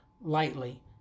lightly